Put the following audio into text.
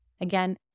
Again